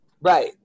Right